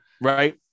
Right